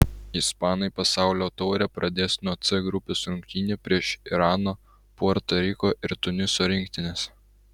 ispanai pasaulio taurę pradės nuo c grupės rungtynių prieš irano puerto riko ir tuniso rinktines